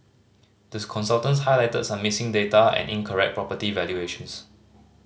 the consultants highlighted some missing data and incorrect property valuations